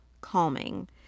calming